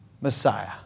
Messiah